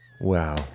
Wow